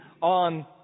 on